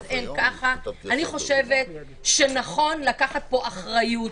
אין ככה וככה אני חושבת שנכון לקחת פה אחריות.